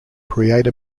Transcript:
create